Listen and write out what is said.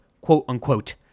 quote-unquote